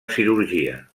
cirurgia